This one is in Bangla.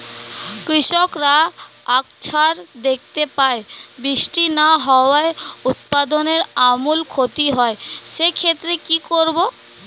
কৃষকরা আকছার দেখতে পায় বৃষ্টি না হওয়ায় উৎপাদনের আমূল ক্ষতি হয়, সে ক্ষেত্রে কি করব?